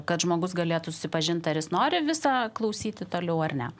kad žmogus galėtų susipažint ar jis nori visų klausyti toliau ar ne